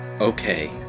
okay